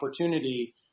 opportunity